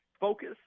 focus